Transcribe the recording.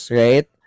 right